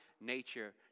nature